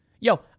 Yo